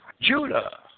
Judah